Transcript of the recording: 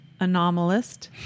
anomalist